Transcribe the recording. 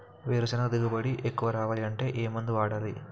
వేరుసెనగ దిగుబడి ఎక్కువ రావాలి అంటే ఏ మందు వాడాలి?